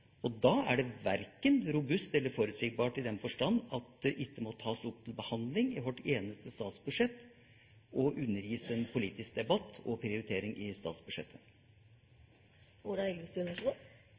Da er det verken robust eller forutsigbart, i den forstand at det ikke må tas opp til behandling i hvert eneste statsbudsjett og undergis en politisk debatt og prioritering i statsbudsjettet.